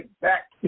back